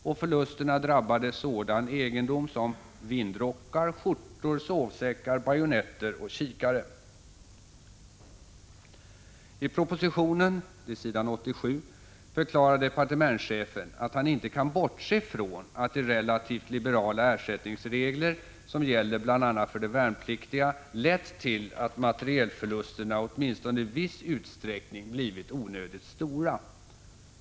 Och förlusterna drabbade sådan egendom som vindrockar, skjortor, sovsäckar, bajonetter och kikare. I propositionen, s. 87, förklarar departementschefen att han inte kan bortse från att de relativt liberala ersättningsregler som gäller bl.a. för de värnpliktiga lett till att materielförlusterna åtminstone i viss utsträckning blivit onödigt stora.